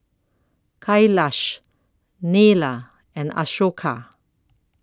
Kailash Neila and Ashoka